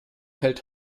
hält